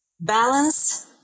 balance